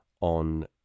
on